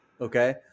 okay